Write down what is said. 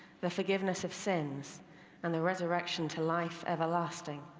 the fore giveness of sins and the resurrection to life ever lasting,